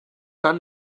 dann